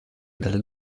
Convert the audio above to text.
dalle